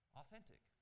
authentic